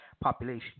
population